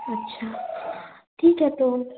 अच्छा ठीक है तो